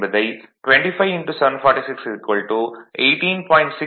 என்பதை 25 746 18